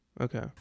okay